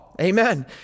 amen